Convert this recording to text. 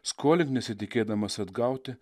skolink nesitikėdamas atgauti